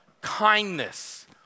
kindness